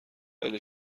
خیلی